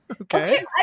Okay